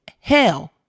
hell